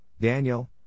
Daniel